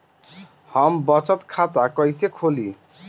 हम बचत खाता कईसे खोली?